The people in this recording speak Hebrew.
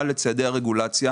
והתגובה לצעדי הרגולציה,